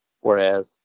Whereas